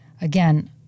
Again